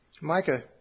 Micah